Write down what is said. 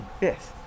Yes